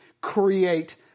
create